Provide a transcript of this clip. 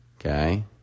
okay